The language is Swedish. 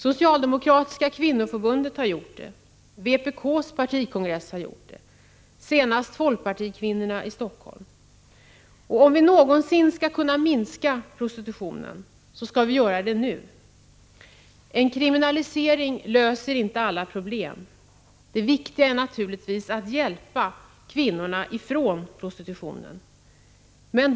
Socialdemokratiska kvinnoförbundet har gjort det, liksom vpk:s partikongress och nu senast folkpartikvinnorna i Helsingfors. Om vi någonsin skall kunna minska prostitutionen skall vi göra det nu. En kriminalisering löser inte alla problem. Det viktiga är naturligtvis att hjälpa kvinnorna ifrån prostitutionen.